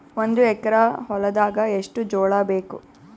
ಒಂದು ಎಕರ ಹೊಲದಾಗ ಎಷ್ಟು ಜೋಳಾಬೇಕು?